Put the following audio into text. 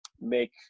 make